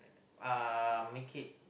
uh make it